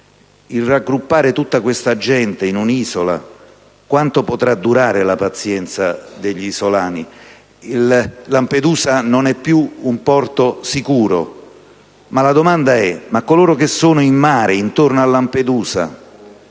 Raggruppando tutta questa gente in un'isola, quanto potrà durare la pazienza degli isolani? Lampedusa non è più un porto sicuro, ma la domanda è: ma coloro che sono in mare intorno a Lampedusa